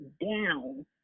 down